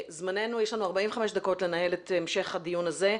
יש לנו 45 דקות לנהל את המשך הדיון הזה.